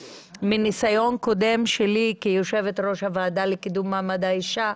ומניסיון קודם שלי כיושבת ראש הוועדה לקידום מעמד האישה,